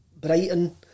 Brighton